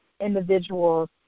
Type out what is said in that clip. individuals